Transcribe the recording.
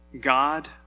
God